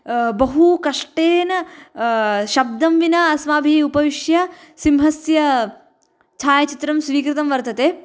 बहु कष्टेन शब्दं विना अस्माभिः उपविश्य सिंहस्य छायाचित्रं स्वीकृतं वर्तते